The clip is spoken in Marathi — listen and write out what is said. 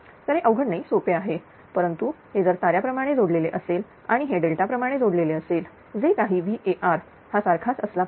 तर हे अवघड नाही सोपे आहे परंतु हे जर ताऱ्याप्रमाणे जोडलेले असेल आणि हे डेल्टा प्रमाणे जोडलेली असेल जे काही VAr हा सारखाच असला पाहिजे